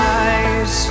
eyes